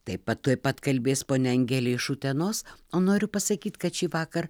taip pat tuoj pat kalbės ponia angelė iš utenos o noriu pasakyt kad šįvakar